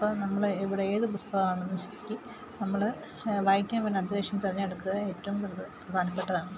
ഇപ്പോള് നമ്മള് എവിടെ ഏതു പുസ്തകമാണെന്ന് വച്ചെങ്കില് നമ്മള് വായിക്കാൻ വേണ്ട തെരഞ്ഞെടുക്കുക ഏറ്റവും പ്രധാനപ്പെട്ടതാണ്